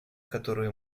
которую